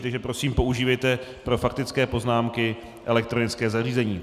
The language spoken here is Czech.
Takže prosím používejte pro faktické poznámky elektronické zařízení.